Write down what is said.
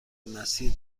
مسیر